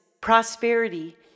prosperity